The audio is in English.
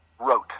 wrote